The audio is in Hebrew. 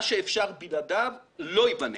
מה שאפשר בלעדיו, לא ייבנה.